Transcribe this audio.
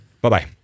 Bye-bye